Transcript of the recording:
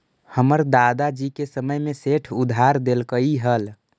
हमर दादा जी के समय में सेठ उधार देलकइ हल